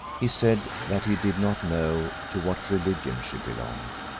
he said that he did not know to what religion she belonged,